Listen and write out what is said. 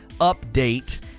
update